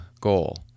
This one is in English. goal